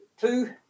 two